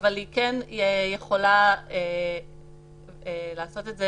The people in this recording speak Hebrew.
אבל היא כן יכולה לעשות את זה